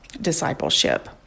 discipleship